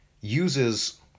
uses